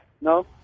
No